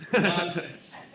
nonsense